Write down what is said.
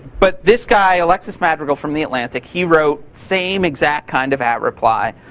but this guy, alexis madrigal from the atlantic, he wrote same exact kind of at reply